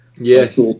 Yes